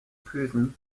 proven